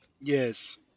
Yes